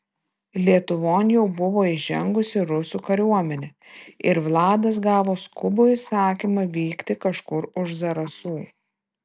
lietuvon jau buvo įžengusi rusų kariuomenė ir vladas gavo skubų įsakymą vykti kažkur už zarasų